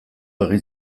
egin